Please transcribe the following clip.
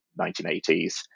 1980s